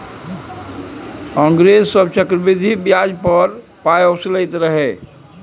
अंग्रेज सभ चक्रवृद्धि ब्याज पर पाय असुलैत रहय